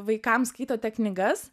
vaikams skaitote knygas